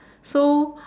so